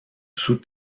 sous